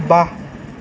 ৱাহ